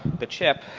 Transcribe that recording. the chip,